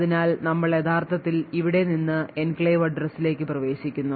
അതിനാൽ നമ്മൾ യഥാർത്ഥത്തിൽ ഇവിടെ വന്ന് എൻക്ലേവ് address ലേക്ക് പ്രവേശിക്കുന്നു